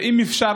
ואם אפשר,